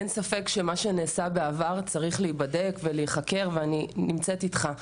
אין ספק שמה שנעשה בעבר צריך להיבדק ולהיחקר ואני נמצאת איתך,